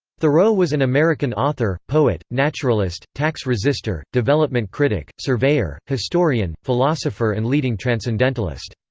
thoreau was an american author, poet, naturalist, tax resister, development critic, surveyor, historian, philosopher and leading transcendentalist.